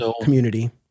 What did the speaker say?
community